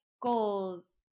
goals